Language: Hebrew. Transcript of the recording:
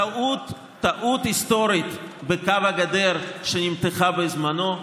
טעות היסטורית בקו הגדר שנמתחה בזמנו,